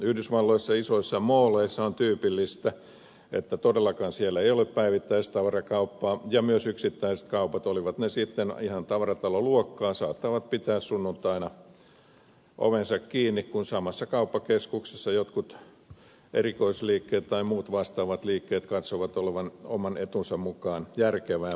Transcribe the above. yhdysvalloissa isoissa mooleissa on tyypillistä että todellakaan siellä ei ole päivittäistavarakauppaa ja myös yksittäiset kaupat olivat ne sitten ihan tavarataloluokkaa saattavat pitää sunnuntaina ovensa kiinni kun samassa kauppakeskuksessa jotkut erikoisliikkeet tai muut vastaavat liikkeet katsovat olevan oman etunsa mukaan järkevää pitää auki